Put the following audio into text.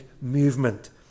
movement